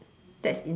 that's insane